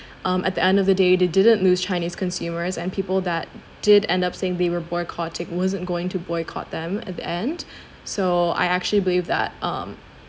um at the end of the day they didn't lose chinese consumers and people that did end up saying we will boycott it wasn't going to boycott them at the end so I actually believe that um